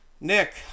Nick